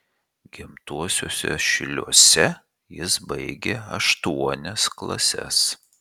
gimtuosiuose šyliuose jis baigė aštuonias klases